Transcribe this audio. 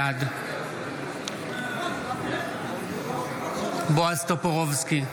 בעד בועז טופורובסקי,